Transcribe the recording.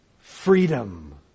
Freedom